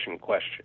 question